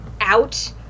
out